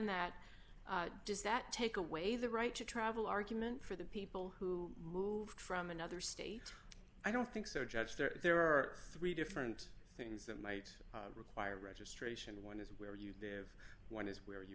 that does that take away the right to travel argument for the people who moved from another state i don't think so judge there are three different things that might require registration one is where you live one is where you